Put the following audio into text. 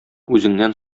үзеңнән